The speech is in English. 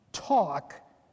talk